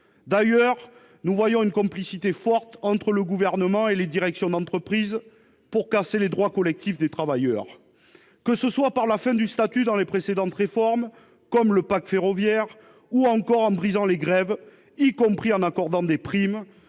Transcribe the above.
D'ailleurs, une forte complicité se fait jour entre le Gouvernement et les directions d'entreprise pour casser les droits collectifs des travailleurs, que ce soit en mettant fin au statut, par de précédentes réformes, comme le pacte ferroviaire, ou en brisant les grèves, y compris en accordant des primes